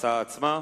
בהצעה עצמה.